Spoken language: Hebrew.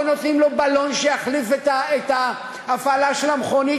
או נותנים לו בלון שיחליף את ההפעלה של המכונית,